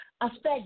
affect